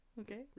Okay